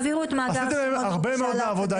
עשיתם הרבה מאוד מהעבודה,